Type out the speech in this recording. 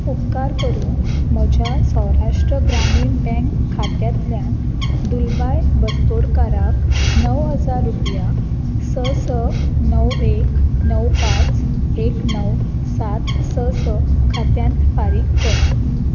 उपकार करून म्हज्या सौराष्ट्र ग्रामीण बँक खात्यांतल्यान दुलबाय बस्तोडकारक णव हजार रुपया स स णव एक णव पांच एक णव सात स स खात्यांत फारीक कर